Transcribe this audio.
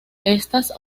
estas